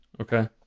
Okay